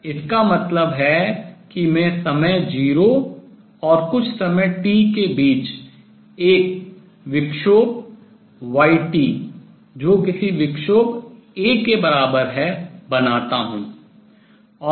इसका मतलब है कि मैं समय 0 और कुछ समय t के बीच एक विक्षोभ y जो किसी विक्षोभ A के बराबर है बनाता हूँ